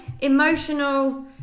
emotional